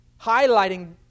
highlighting